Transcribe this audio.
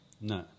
No